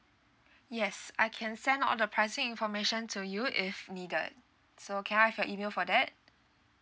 yes I can send all the pricing information to you if needed so can I have your email for that